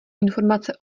informace